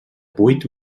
vuit